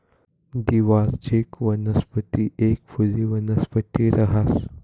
द्विवार्षिक वनस्पती एक फुली वनस्पती रहास